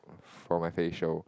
from my facial